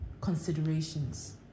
considerations